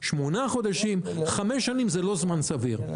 שמונה חודשים חמש שנים זה לא זמן סביר.